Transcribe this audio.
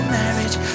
marriage